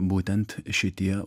būtent šitie